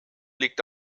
liegt